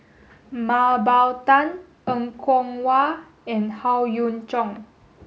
Mah Bow Tan Er Kwong Wah and Howe Yoon Chong